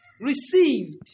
received